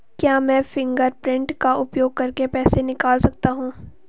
क्या मैं फ़िंगरप्रिंट का उपयोग करके पैसे निकाल सकता हूँ?